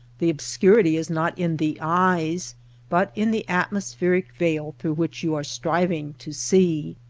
the obscurity is not in the eyes but in the atmospheric veil through which you are striving to see.